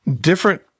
different